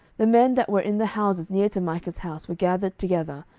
the men that were in the houses near to micah's house were gathered together,